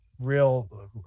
real